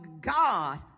God